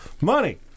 money